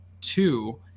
two